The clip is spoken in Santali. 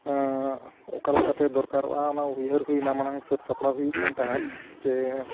ᱚᱠᱟ ᱞᱮᱠᱟᱛᱮ ᱫᱚᱨᱠᱟᱨᱚᱜᱼᱟ ᱚᱱᱟ ᱩᱭᱦᱟᱹᱨ ᱦᱩᱭᱱᱟ ᱢᱟᱲᱟᱝ ᱥᱟᱹᱛ ᱥᱟᱯᱲᱟᱣ ᱦᱩᱭᱩᱜ ᱠᱟᱱ ᱛᱟᱦᱮᱸᱫ ᱡᱮ